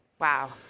Wow